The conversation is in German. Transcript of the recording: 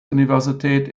universität